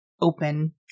open